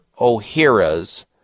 O'Hara's